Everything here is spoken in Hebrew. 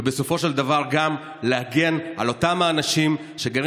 ובסופו של דבר גם להגן על אותם האנשים שגרים